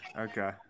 Okay